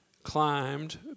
climbed